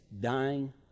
dying